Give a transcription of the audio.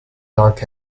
dark